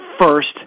first